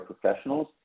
professionals